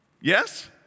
Yes